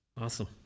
Awesome